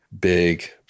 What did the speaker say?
big